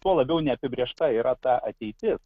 tuo labiau neapibrėžta yra ta ateitis